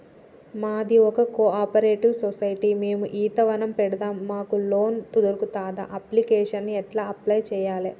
మాది ఒక cooperative society మేము ఈత వనం పెడతం మాకు లోన్ దొర్కుతదా? అప్లికేషన్లను ఎట్ల అప్లయ్ చేయాలే?